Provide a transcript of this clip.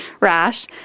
rash